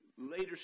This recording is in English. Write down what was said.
later